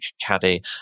Caddy